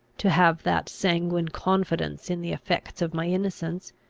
to have that sanguine confidence in the effects of my innocence,